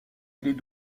est